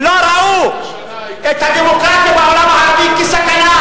ולא ראו את הדמוקרטיה בעולם הערבי כסכנה